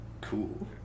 cool